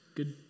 Good